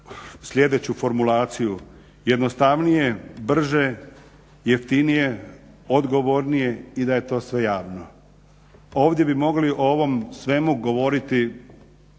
sljedeću formulaciju jednostavnije, brže, jeftinije, odgovornije i da je to sve javno. Ovdje bi mogli o ovom svemu govoriti